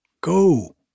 Go